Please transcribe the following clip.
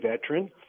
veteran